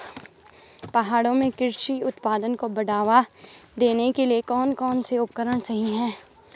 पहाड़ों में कृषि उत्पादन को बढ़ावा देने के लिए कौन कौन से उपकरण सही हैं?